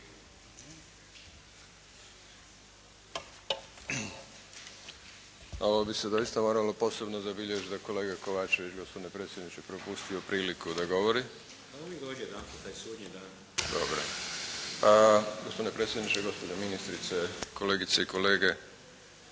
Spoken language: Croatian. Ovo bi se doista moralo posebno zabilježiti da je kolega Kovačević gospodine predsjedniče propusti priliku da govori. … /Upadica se ne razumije./ … Dobro je. Gospodine predsjedniče, gospođo ministrice, kolegice i kolege